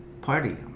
party